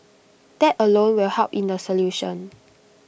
that alone will help in the solution